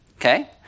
Okay